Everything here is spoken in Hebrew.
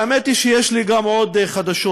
והאמת היא, שיש לי עוד חדשות: